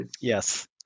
Yes